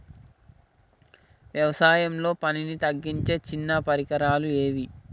వ్యవసాయంలో పనిని తగ్గించే చిన్న పరికరాలు ఏవి?